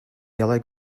yellow